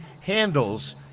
handles